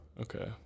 Okay